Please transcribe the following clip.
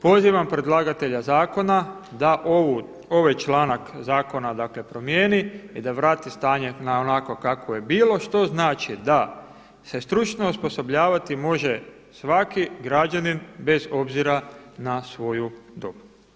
Dakle, pozivam predlagatelja zakona da ovaj članak zakona promijeni i da vrati stanje na onakvo kakvo je bilo, što znači da se stručno osposobljavati može svaki građanin bez obzira na svoju dob.